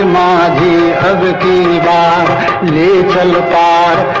da da da da da da